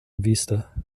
vista